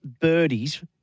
birdies